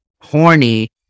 horny